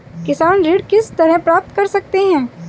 किसान ऋण किस तरह प्राप्त कर सकते हैं?